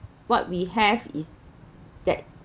what we have is that